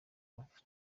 prof